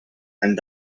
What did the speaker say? and